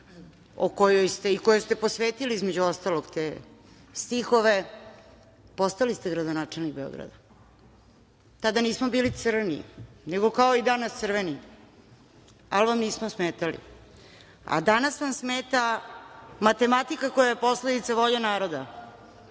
toj SPS kojoj ste posvetili između ostalog te stihove, postali ste gradonačelnik Beograda. Tada nismo bili crni, nego kao i danas crveni, ali vam nismo smetali. Danas vam smeta matematika koja je posledica volje